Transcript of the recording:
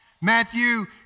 Matthew